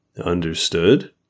Understood